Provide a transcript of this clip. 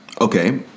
Okay